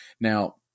Now